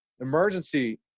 Emergency